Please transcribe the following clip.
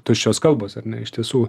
tuščios kalbos ar ne iš tiesų